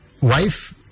wife